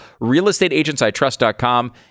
realestateagentsitrust.com